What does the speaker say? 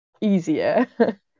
easier